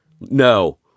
no